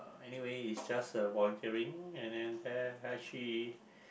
anyway it's just a volunteering and then actually